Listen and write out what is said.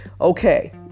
Okay